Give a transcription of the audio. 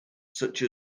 such